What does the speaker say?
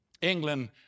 England